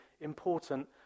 important